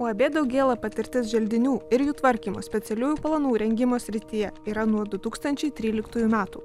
uab daugėla patirtis želdinių ir jų tvarkymo specialiųjų planų rengimo srityje yra nuo du tūkstančiai tryliktųjų metų